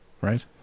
right